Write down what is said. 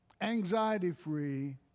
anxiety-free